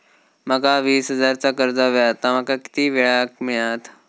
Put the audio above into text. माका वीस हजार चा कर्ज हव्या ता माका किती वेळा क मिळात?